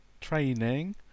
training